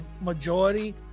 Majority